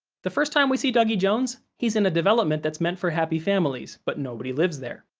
the first time we see dougie jones, he's in a development that's meant for happy families but nobody lives there.